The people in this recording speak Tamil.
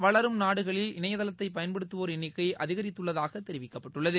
வளரும் நாடுகளில் இணைதளத்தை பயன்படுத்துவோா் எண்ணிக்கை அதிகித்துள்ளதாக தெரிவிக்கப்பட்டுள்ளது